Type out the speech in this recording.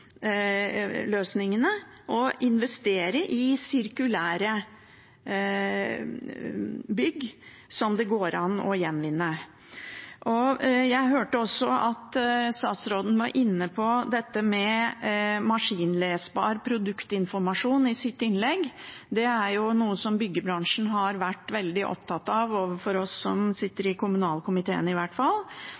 og investere i sirkulære bygg som det går an å gjenvinne. Jeg hørte også at statsråden var inne på maskinlesbar produktinformasjon i sitt innlegg. Det er noe som byggebransjen har vært veldig opptatt av overfor oss som sitter i kommunalkomiteen i hvert fall,